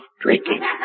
drinking